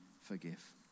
forgive